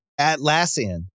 Atlassian